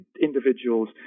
individuals